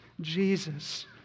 Jesus